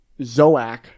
Zoak